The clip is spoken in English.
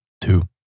Two